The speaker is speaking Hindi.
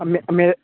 अमे अम मेरे